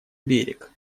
берег